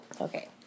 Okay